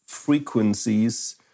frequencies